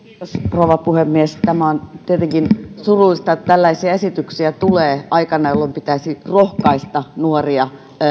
rouva puhemies tämä on tietenkin surullista että tällaisia esityksiä tulee aikana jolloin pitäisi rohkaista nuoria